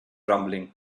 rumbling